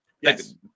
Yes